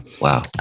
Wow